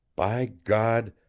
by god!